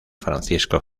francisco